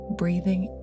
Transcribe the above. breathing